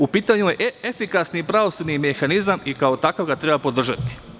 U pitanju je efikasni pravosudni mehanizama i kao takvog ga treba podržati.